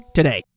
today